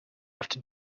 after